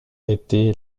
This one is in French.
été